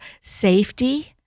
safety